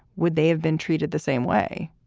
would they have been treated the same way?